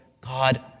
God